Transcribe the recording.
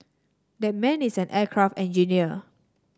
that man is an aircraft engineer